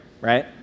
right